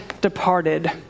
departed